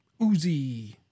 Uzi